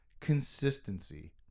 consistency